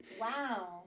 Wow